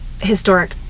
historic